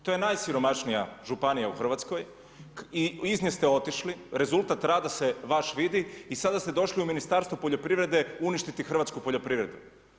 To je najsiromašnija županija u Hrvatskoj i iz nje ste otišli, rezultat rada se vaš vidi i sada ste došli u Ministarstvo poljoprivrede, uništiti hrvatsku poljoprivredu.